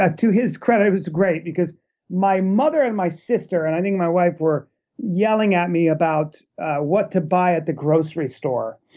ah to his credit, was great because my mother and my sister, and i think my wife were yelling at me about what to buy at the grocery store.